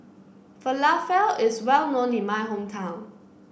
Falafel is well known in my hometown